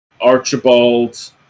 Archibald